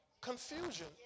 Confusion